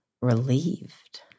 relieved